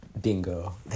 Bingo